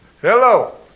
Hello